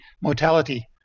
mortality